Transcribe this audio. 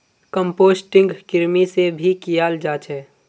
composting कृमि से भी कियाल जा छे